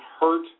hurt